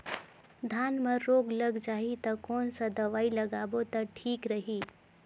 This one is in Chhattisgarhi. धान म रोग लग जाही ता कोन सा दवाई लगाबो ता ठीक रही?